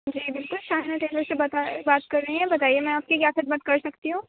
جی بالکل شائنا ٹیلر سے بات کر رہی ہیں بتائیے میں آپ کی کیا خدمت کر سکتی ہوں